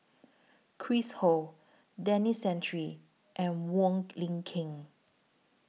Chris Ho Denis Santry and Wong Lin Ken